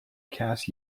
cass